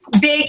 Big